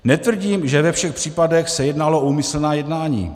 Netvrdím, že ve všech případech se jednalo o úmyslná jednání.